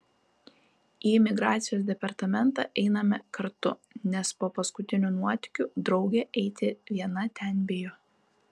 į migracijos departamentą einame kartu nes po paskutinių nuotykių draugė eiti viena ten bijo